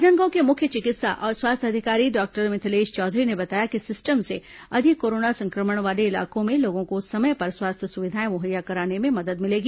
राजनांदगांव के मुख्य चिकित्सा और स्वास्थ्य अधिकारी डॉक्टर मिथलेश चौधरी ने बताया कि इस सिस्टम से अधिक कोरोना संक्रमण वाले इलाकों में लोगों को समय पर स्वास्थ्य सुविधाएं मुहैया कराने में मदद मिलेगी